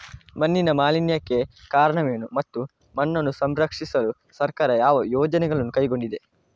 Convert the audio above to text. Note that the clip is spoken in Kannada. ಮಣ್ಣಿನ ಮಾಲಿನ್ಯಕ್ಕೆ ಕಾರಣವೇನು ಮತ್ತು ಮಣ್ಣನ್ನು ಸಂರಕ್ಷಿಸಲು ಸರ್ಕಾರ ಯಾವ ಯೋಜನೆಗಳನ್ನು ಕೈಗೊಂಡಿದೆ?